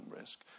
risk